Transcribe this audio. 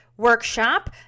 workshop